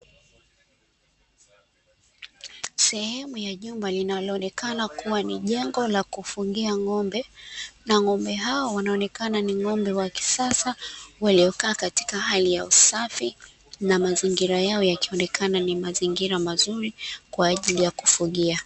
Sehemu ya jumba linaloonekana kuwa ni jengo ya kufugia ng'ombe, na ng'ombe hao wanaonekana ni ng'ombe wa kisasa, waliokaa katika hali ya usafi, na mazingira yao yakionekana ni mazingira mazuri kwa a jili ya kufugia.